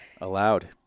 allowed